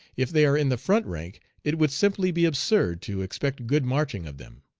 if they are in the front rank, it would simply be absurd to expect good marching of them.